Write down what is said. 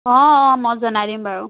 অঁ অঁ মই জনাই দিম বাৰু